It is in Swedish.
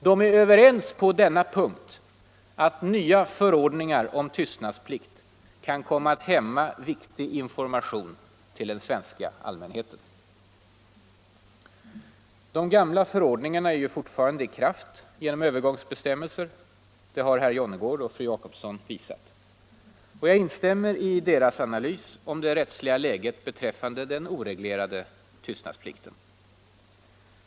De är överens på denna punkt: att nya förordningar om tystnadsplikt kan komma att hämma viktig information till den svenska allmänheten. De gamla förordningarna är ju fortfarande i kraft genom övergångsbestämmelser; det har herr Jonnergård och fru Jacobsson visat. Jag instämmer i deras analys av det rättsliga läget beträffande den oreglerade tystnadsplikten.